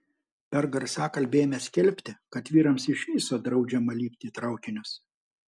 per garsiakalbį ėmė skelbti kad vyrams iš viso draudžiama lipti į traukinius